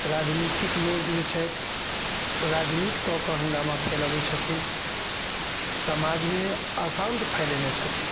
राजनीतिक लोक जे छथि राजनीति कऽ कऽ हंगामा फैलाबै छथिन समाजमे अशान्त फैलेने छथिन